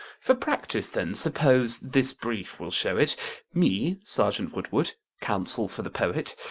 for practice then suppose this brief will show it me, serjeant woodward counsel for the poet.